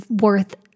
worth